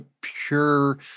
pure